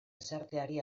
gizarteari